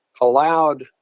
allowed